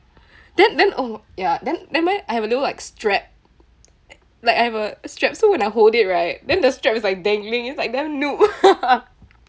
then then oh ya then when I have a little like strap like I have a strap so when I hold it right then the strap is like dangling it's like damn noob